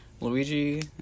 Luigi